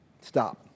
Stop